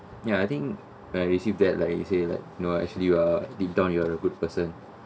ya I think when I receive that like he say like no lah actually you're deep down you are a good person